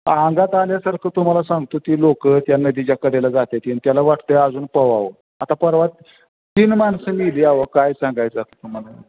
अंगात आल्यासारखं तुम्हाला सांगतो ती लोक त्या नदीच्या कडेला जातात आणि त्याला वाटतं आहे अजून पोहावं आता परवाच तीन माणसं मेली अहो काय सांगायचं आता तुम्हाला